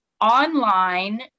online